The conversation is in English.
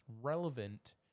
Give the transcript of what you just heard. Relevant